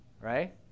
right